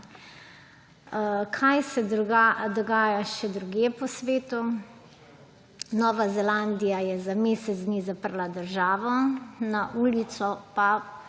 Kaj se dogaja še drugje po svetu? Nova Zelandija je za mesec dni zaprla državo, na ulico pa